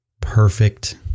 Perfect